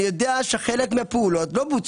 אני יודע שחלק מהפעולות לא בוצעו.